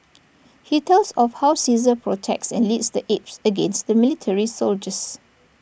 he tells of how Caesar protects and leads the apes against the military soldiers